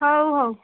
ହଉ ହଉ